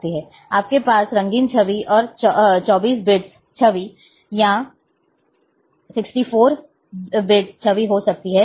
आपके पास रंगीन छवि और 24 बिट्स छवि और 64 बिट्स छवि हो सकती हैं